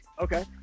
Okay